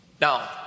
Now